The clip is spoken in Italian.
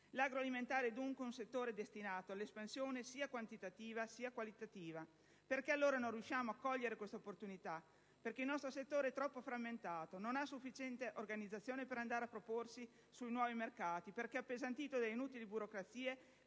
L'agroalimentare dunque è un settore destinato all'espansione sia quantitativa, che qualitativa. Perché allora non riusciamo a cogliere questa opportunità? In primo luogo perché il nostro settore è troppo frammentato, non ha sufficiente organizzazione per andare a proporsi sui nuovi mercati, perché è appesantito da inutili burocrazie,